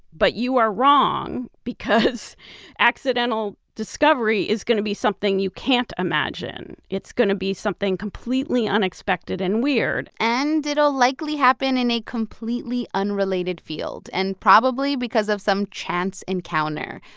but you are wrong because accidental discovery is going to be something you can't imagine. it's going to be something completely unexpected and weird and it'll likely happen in a completely unrelated field and probably because of some chance encounter,